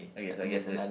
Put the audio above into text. I guess I guess that